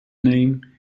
name